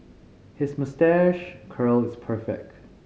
his moustache curl is perfect